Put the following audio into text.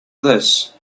this